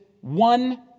one